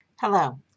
Hello